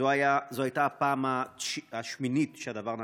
זו הייתה הפעם השמינית שהדבר נעשה.